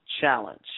challenge